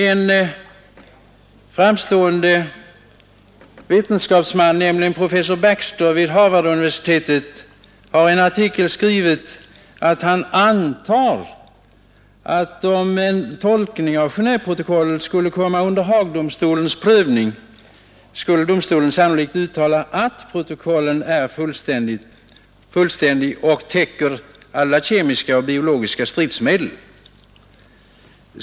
En framstående vetenskapsman, professor Baxter vid Harvarduniversitetet, har i en artikel skrivit att han antar att om Gentveprotokollet skulle komma under Haagdomstolens prövning för tolkning skulle domstolen sannolikt uttala att protokollet är fullständigt och täcker alla kemiska och biologiska stridsmedel.